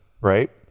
right